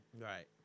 Right